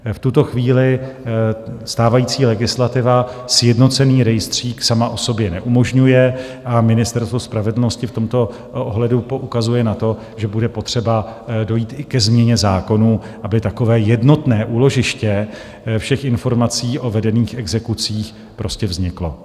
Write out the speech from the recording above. V tuto chvíli stávající legislativa sjednocený rejstřík sama o sobě neumožňuje a Ministerstvo spravedlnosti v tomto ohledu poukazuje na to, že bude potřeba dojít i ke změně zákonů, aby takové jednotné úložiště všech informací o vedených exekucích prostě vzniklo.